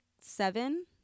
seven